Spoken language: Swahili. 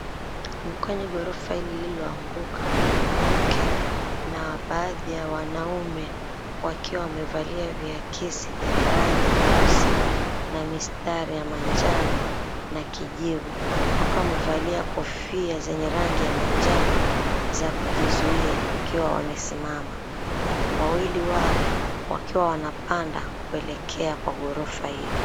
Ni kwenye ghorofa lililoanguka mwanamke na baadhi ya wanaume wakiwa wamevalia viakisi vyenye rangi nyeusi na mistari ya manjano na kijivu wakiwa wamevalia kofia zenye rangi ya manjano za kujizuia wakiwa wamesimama wawili wao wakiwa wanapanda kuelekea kwa ghorofa hilo.